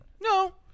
No